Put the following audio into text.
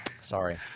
Sorry